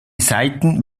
seiten